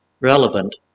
relevant